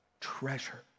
treasure